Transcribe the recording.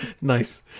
nice